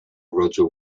roger